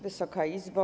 Wysoka Izbo!